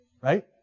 right